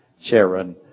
Sharon